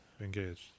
engaged